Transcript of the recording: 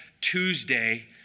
Tuesday